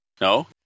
No